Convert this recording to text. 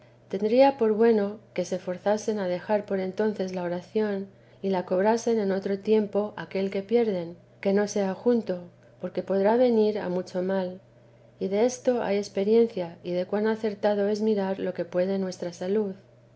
temía por bueno que se forzasen a dejar por entonces la oración y la cobrasen en otro tiempo aquel que pierden que no sea junto porque podrá venir a mucho mal y desto hay experiencia y de cuan acertado es mirar lo que puede nuestra salud